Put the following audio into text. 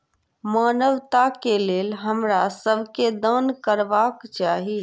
मानवता के लेल हमरा सब के दान करबाक चाही